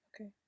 okay